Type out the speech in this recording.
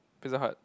Pizza Hut